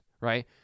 right